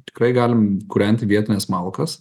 tikrai galim kūrenti vietines malkas